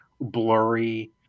blurry